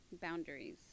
Boundaries